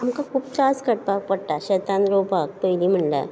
आमकां खूब त्रास काडपाक पडटा शेतांत रोवपाक पयलीं म्हणल्यार